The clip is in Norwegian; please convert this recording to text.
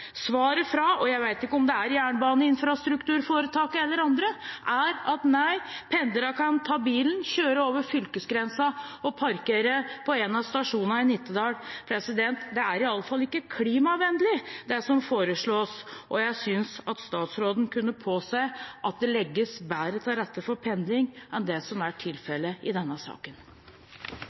Svaret – og jeg vet ikke om det er fra Jernbaneinfrastrukturforetaket eller andre – er at nei, pendlerne kan kjøre bilen over fylkesgrensen og parkere på en av stasjonene i Nittedal. Det er i alle fall ikke klimavennlig det som foreslås, og jeg synes at statsråden kunne påse at det legges bedre til rette for pendling enn det som er tilfellet i denne saken.